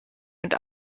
und